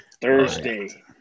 thursday